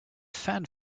fan